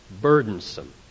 Burdensome